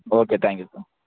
okay thank you sir